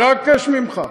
ממך.